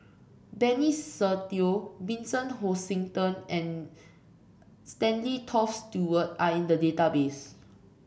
Benny Se Teo Vincent Hoisington and Stanley Toft Stewart are in the database